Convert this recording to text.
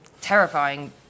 terrifying